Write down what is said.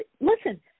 listen